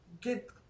get